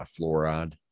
fluoride